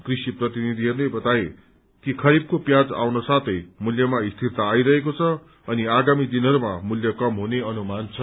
कृषि प्रतिनिधिहरूले बताए कि खरीफको प्याज आउनसाथै मूल्यमा स्थिरता आइरहेको छ अनि आगामी दिनहरूमा मूल्य कम हुने अनुमान छ